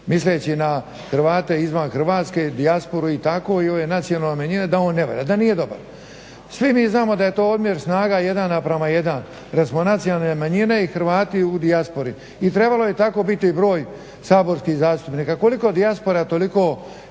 misleći na Hrvate izvan Hrvatske, dijasporu i tako i ove nacionalne njene da on ne valja, da nije dobar. Svi mi znamo da je to odmjer snaga 1 naprema 1, recimo nacionalne manjine i Hrvati u dijaspori. I trebalo je tako biti i broj saborskih zastupnika. Koliko dijaspora toliko